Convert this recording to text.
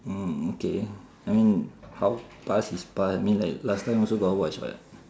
mm okay I mean how past is past I mean like last time also got watch [what]